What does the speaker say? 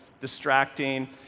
distracting